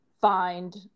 find